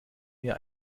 mir